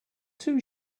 too